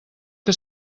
que